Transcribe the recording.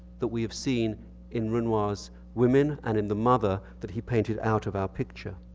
that we have seen in renoir's women and in the mother that he painted out of our picture.